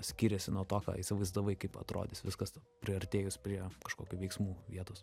skiriasi nuo to ką įsivaizdavai kaip atrodys viskas tu priartėjus prie kažkokių veiksmų vietos